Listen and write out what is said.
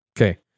Okay